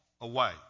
away